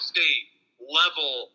State-level